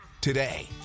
today